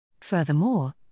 Furthermore